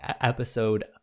episode